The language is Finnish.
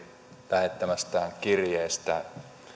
lähettämästään kirjeestä